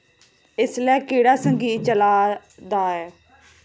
इसलै केह्ड़ा संगीत चलै दा ऐ